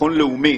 ביטחון לאומי